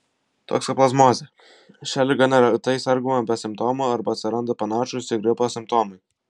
toksoplazmozė šia liga neretai sergama be simptomų arba atsiranda panašūs į gripą simptomai